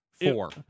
four